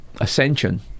ascension